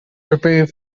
prepare